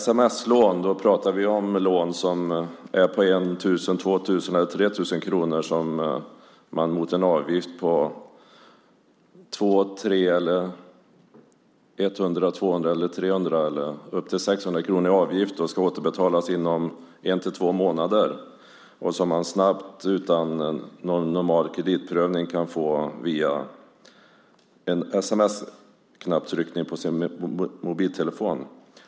Sms-lån är på 1 000, 2 000 eller 3 000 kronor med 100, 200, 300 eller upp till 600 kronor i avgift. Man ska återbetala dem inom en-två månader. Utan normal kreditprövning kan man snabbt få dem via en sms-knapptryckning på sin mobiltelefon.